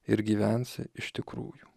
ir gyvensi iš tikrųjų